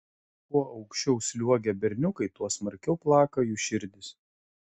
kuo aukščiau sliuogia berniukai tuo smarkiau plaka jų širdys